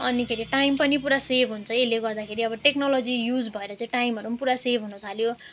अनिखेरि टाइम पनि पुरा सेभ हुन्छ यसले गर्दाखेरि अब टेक्नोलोजी युज भएर चाहिँ टाइमहरू पुरा सेभ हुन थाल्यो